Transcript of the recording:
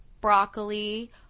broccoli